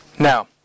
Now